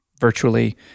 virtually